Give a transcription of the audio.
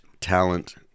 Talent